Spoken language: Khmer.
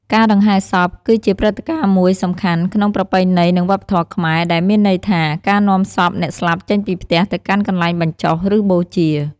ការដង្ហែសព គឺជាព្រឹត្តិការណ៍មួយសំខាន់ក្នុងប្រពៃណី និងវប្បធម៌ខ្មែរ ដែលមានន័យថា ការនាំសពអ្នកស្លាប់ចេញពីផ្ទះទៅកាន់កន្លែងបញ្ចុះ ឬបូជា។